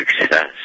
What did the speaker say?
success